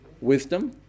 wisdom